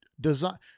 design